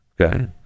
okay